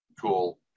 cool